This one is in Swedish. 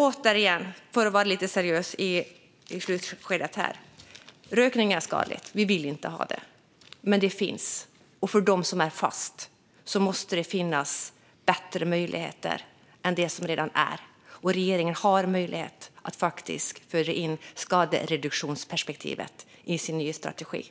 Återigen, för att vara lite seriös här i slutskedet: Rökning är skadligt. Vi vill inte ha det, men det finns. För dem som är fast måste det finnas bättre möjligheter än vad som redan finns, och regeringen har möjlighet att föra in skadereduktionsperspektivet i sin nya strategi.